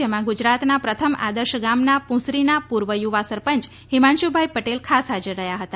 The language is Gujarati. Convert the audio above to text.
જેમાં ગુજરાતના પ્રથમ આદર્શ ગામના પુસરીના પૂર્વ યુવા સરપંચ હિમાંશુભાઈ પટેલ ખાસ હાજર રહ્યા હતા